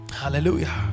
hallelujah